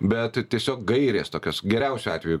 bet tiesiog gairės tokios geriausiu atveju